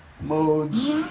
Modes